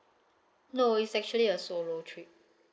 no it's actually a solo trip